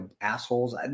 assholes